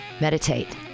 Meditate